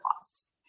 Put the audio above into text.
lost